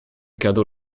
cadeau